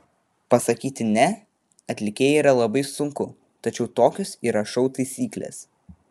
pasakyti ne atlikėjai yra labai sunku tačiau tokios yra šou taisyklės